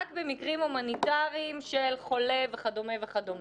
אלא רק במקרים הומניטריים של חולה וכד' וכד'.